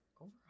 over